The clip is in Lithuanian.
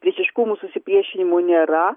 visiškumų susipriešinimų nėra